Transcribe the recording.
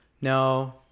No